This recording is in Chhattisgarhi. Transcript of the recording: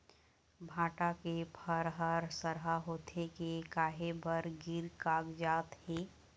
भांटा के फर हर सरहा होथे के काहे बर गिर कागजात हे?